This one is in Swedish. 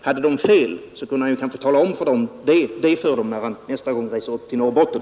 Om de hade fel, kunde han kanske tala om det för dem, när han nästa gång reser upp till Norrbotten.